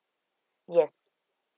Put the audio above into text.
yes